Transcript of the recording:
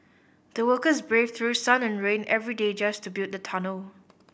the workers braved through sun and rain every day just to build the tunnel